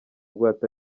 bwato